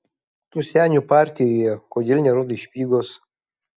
tu senių partijoje kodėl nerodai špygos